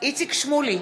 איציק שמולי,